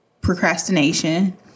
procrastination